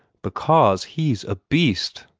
because he's a beast!